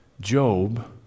Job